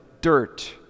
dirt